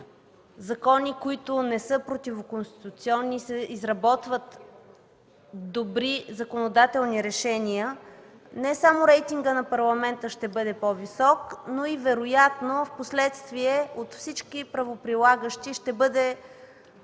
закони, които не са противоконституционни и се изработват добри законодателни решения, не само рейтингът на Парламента ще бъде по-висок, но вероятно и впоследствие от всички правоприлагащи ще бъде